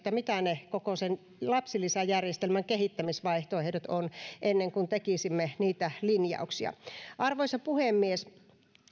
mitä ne koko sen lapsilisäjärjestelmän kehittämisvaihtoehdot ovat ennen kuin teemme niitä linjauksia arvoisa puhemies